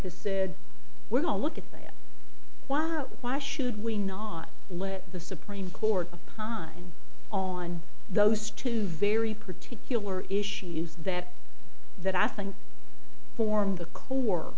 has said we're going to look at why why should we not let the supreme court upon on those two very particular issues that that i think form the core